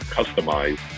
customize